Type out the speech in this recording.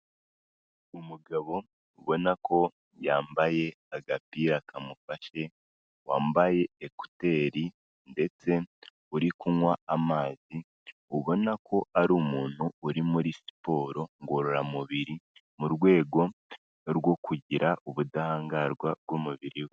Umugabo ubona ko yambaye agapira kamufashe wambaye ekuteri ndetse uri kunywa amazi ubona ko ari umuntu uri muri siporo ngororamubiri mu rwego rwo kugira ubudahangarwa bw'umubiri we.